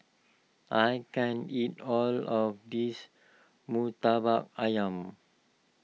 I can't eat all of this Murtabak Ayam